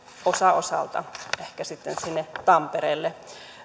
osa osalta ehkä sitten sinne tampereelle